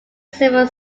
several